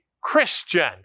Christian